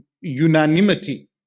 unanimity